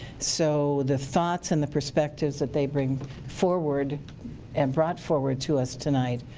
so, the thoughts and the perspectives that they bring forward and brought forward to us tonight.